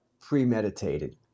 premeditated